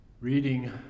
Reading